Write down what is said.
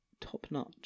top-notch